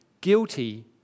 guilty